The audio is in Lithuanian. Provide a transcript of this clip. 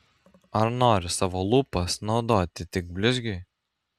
ar nori savo lūpas naudoti tik blizgiui